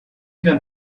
gun